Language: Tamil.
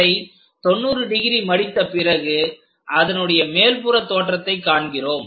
அதை 90 டிகிரி மடித்த பிறகு அதனுடைய மேற்புறத்தோற்றத்தை காண்கிறோம்